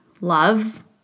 love